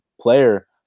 player